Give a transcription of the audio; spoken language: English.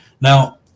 Now